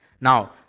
Now